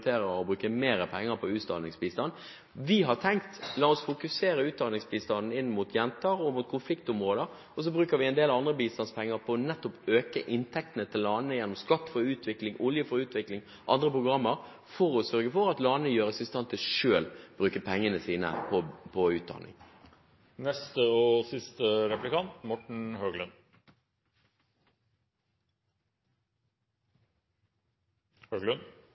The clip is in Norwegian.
å bruke mer penger på utdanningsbistand. Vi har tenkt: La oss rette utdanningsbistanden inn mot jenter og konfliktområder, og så bruker vi en del andre bistandspenger på nettopp å øke inntektene til landene gjennom Skatt for utvikling, Olje for utvikling og andre programmer for å sørge for at landene settes i stand til selv å bruke pengene sine